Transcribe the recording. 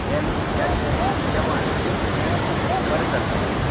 हें नुस्त्याचें जेवण हें खूब बरें जाता